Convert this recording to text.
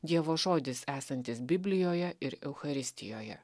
dievo žodis esantis biblijoje ir eucharistijoje